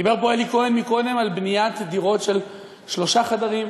דיבר פה אלי כהן קודם על בניית דירות של שלושה חדרים.